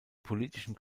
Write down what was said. politischen